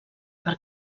per